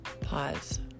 Pause